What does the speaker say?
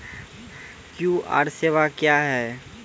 QR सेवा क्या हैं?